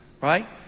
right